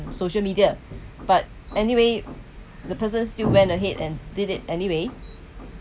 social media but anyway the person still went ahead and did it anyway